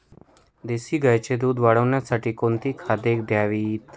देशी गाईचे दूध वाढवण्यासाठी कोणती खाद्ये द्यावीत?